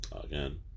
again